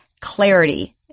clarity